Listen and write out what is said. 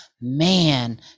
Man